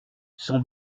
son